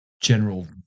general